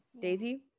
Daisy